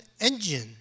engine